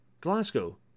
Glasgow